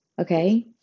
Okay